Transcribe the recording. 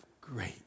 great